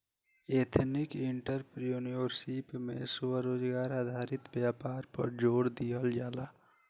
ethnic entrepreneurship में स्वरोजगार आधारित व्यापार पर जोड़ दीहल जाला